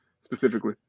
specifically